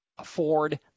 afford